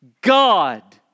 God